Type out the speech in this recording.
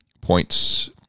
points